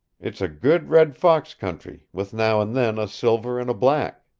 it's a good red fox country, with now and then a silver and a black.